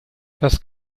das